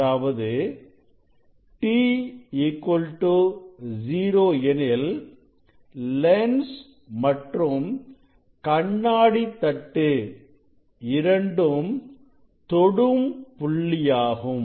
அதாவது t 0 எனில் lens மற்றும் கண்ணாடி தட்டு இரண்டும் தொடும் புள்ளியாகும்